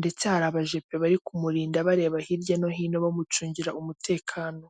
ndetse hari abajepe bari kumurinda bareba hirya no hino bamucungira umutekano.